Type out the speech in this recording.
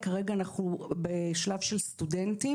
כרגע אנחנו בשלב של סטודנטים.